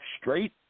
straight